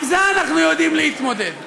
עם זה אנחנו יודעים להתמודד.